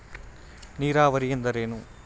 ನೀರಾವರಿ ಎಂದರೇನು?